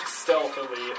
stealthily